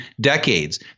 decades